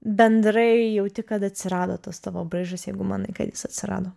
bendrai jauti kad atsirado tas tavo braižas jeigu manai kad jis atsirado